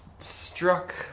Struck